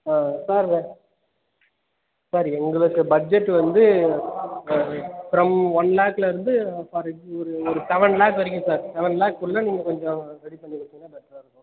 ஆ sir sir எங்களுக்கு budget வந்து from one லேக்லருந்து ஃபார் எக் ஒரு ஒரு செவன் லேக் வரைக்கும் சார் செவன் லேக்குள்ளே நீங்கள் கொஞ்சம் ரெடி பண்ணி கொடுத்தீங்கன்னா பெட்ராக இருக்கும்